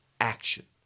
action